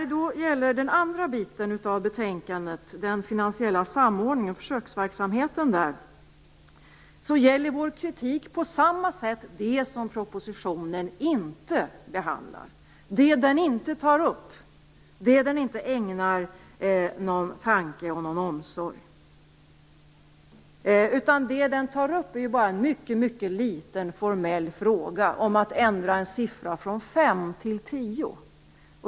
Sedan har vi den andra delen av betänkandet som behandlar försöksverksamheten med den finansiella samordningen. Vår kritik gäller på samma sätt det som propositionen inte behandlar, det den inte tar upp, det den inte ägnar tanke och omsorg. Propositionen behandlar en liten formell fråga om att ändra en siffra från fem till tio.